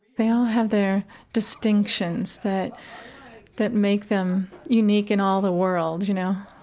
they all have their distinctions that but make them unique in all the world, you know?